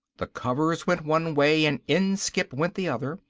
the covers went one way and inskipp went the other.